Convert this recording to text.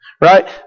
Right